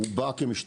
הוא בא כמשתלם,